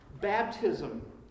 baptism